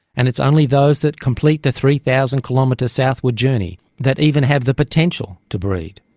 and it's only those that complete the three thousand kilometre southward journey that even have the potential to breed.